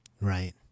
Right